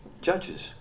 judges